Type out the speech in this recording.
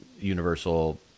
universal